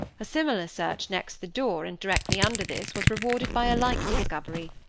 a similar search, next the door, and directly under this, was rewarded by a like discovery.